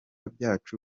byacu